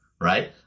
right